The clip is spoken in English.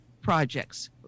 projects